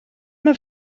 mae